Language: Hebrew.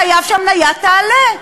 חייבים שהמניה תעלה.